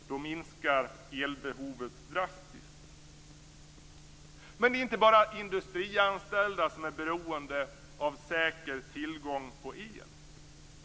Då minskar elbehovet drastiskt. Det är inte bara industrianställda som är beroende av säker tillgång på el.